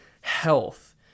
health